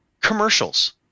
commercials